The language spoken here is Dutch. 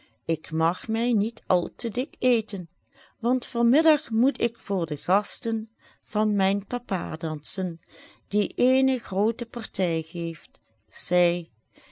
ik mag mij niet al te dik eten want van middag moet ik voor de gasten van mijn papa dansen die eene groote partij geeft